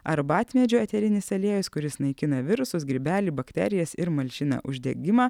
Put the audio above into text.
arbatmedžio eterinis aliejus kuris naikina virusus grybelį bakterijas ir malšina uždegimą